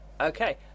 Okay